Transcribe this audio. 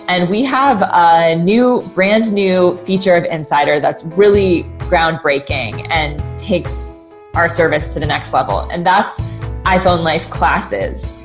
and we have a new brand new feature of insider, that's really groundbreaking and takes our service to the next level and that's iphone life classes.